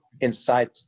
inside